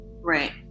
Right